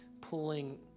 pulling